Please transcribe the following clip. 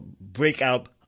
breakout